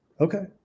Okay